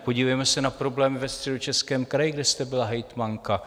Podívejme se na problém ve Středočeském kraji, kde jste byla hejtmanka.